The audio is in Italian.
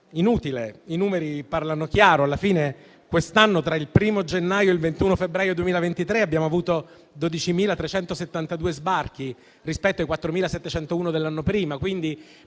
inutile. I numeri parlano chiaro: quest'anno, tra il 1° gennaio e il 21 febbraio 2023, abbiamo avuto 12.372 sbarchi rispetto ai 4.701 dell'anno prima.